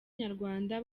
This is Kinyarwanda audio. nyarwanda